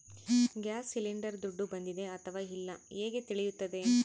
Gas cylinder ದುಡ್ಡು ಬಂದಿದೆ ಅಥವಾ ಇಲ್ಲ ಹೇಗೆ ತಿಳಿಯುತ್ತದೆ?